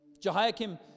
Jehoiakim